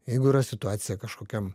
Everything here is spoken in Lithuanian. jeigu yra situacija kažkokiam